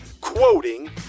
quoting